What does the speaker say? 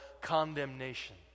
condemnation